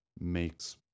makes